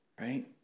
right